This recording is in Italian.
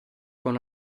con